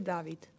David